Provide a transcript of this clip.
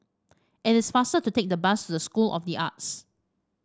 it is faster to take the bus to School of the Arts